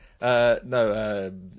No